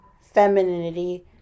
femininity